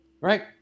Right